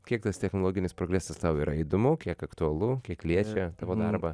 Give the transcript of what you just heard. kiek tas technologinis progresas tau yra įdomu kiek aktualu kiek liečia tavo darbą